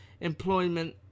employment